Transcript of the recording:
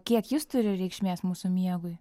kiek jis turi reikšmės mūsų miegui